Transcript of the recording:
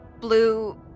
blue